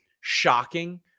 shocking